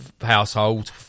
household